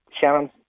Shannon